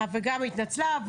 וגם היא התנצלה,